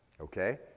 Okay